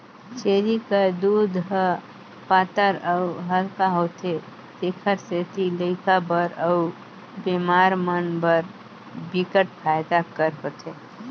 छेरी कर दूद ह पातर अउ हल्का होथे तेखर सेती लइका बर अउ बेमार मन बर बिकट फायदा कर होथे